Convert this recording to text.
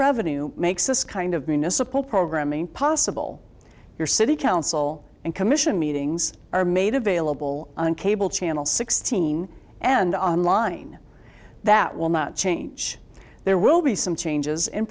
revenue makes this kind of municipal programming possible your city council and commission meetings are made available on cable channel sixteen and on line that will not change there will be some changes in